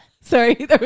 Sorry